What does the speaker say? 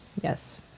Yes